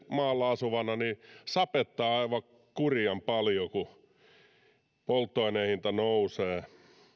maalla asuvana sapettaa aivan kurjan paljon kun polttoaineen hinta nousee